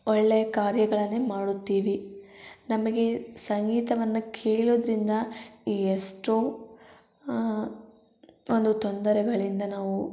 ಒಳ್ಳೆಯ ಕಾರ್ಯಗಳನ್ನೇ ಮಾಡುತ್ತೀವಿ ನಮಗೆ ಸಂಗೀತವನ್ನು ಕೇಳೋದರಿಂದ ಎಷ್ಟೋ ಒಂದು ತೊಂದರೆಗಳಿಂದ ನಾವು